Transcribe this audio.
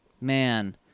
Man